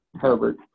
Herbert